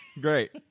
Great